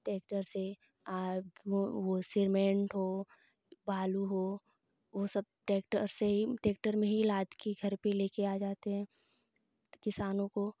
tractor से आर वो वो सिमेंट हो बालू हो वो सब ट्रैक्टर से ही ट्रैक्टर में ही लाद के घर पर ले कर आ जाते हैं किसानों को